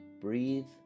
breathe